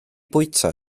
bwyta